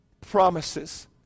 promises